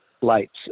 lights